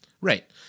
right